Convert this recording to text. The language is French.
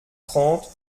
trente